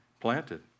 planted